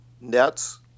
nets